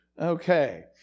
Okay